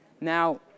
Now